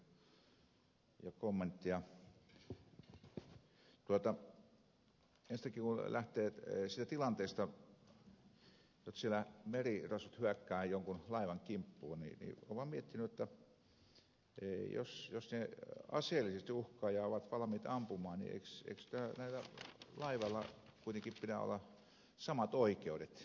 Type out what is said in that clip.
enstäinkin kun lähtee siitä tilanteesta jotta siellä merirosvot hyökkäävät jonkun laivan kimppuun olen vain miettinyt jotta jos ne aseellisesti uhkaavat ja ovat valmiita ampumaan niin eikö laivalla kuitenkin pidä olla samat oikeudet